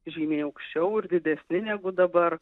žymiai aukščiau ir didesni negu dabar